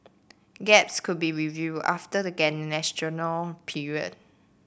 gaps could be review after the period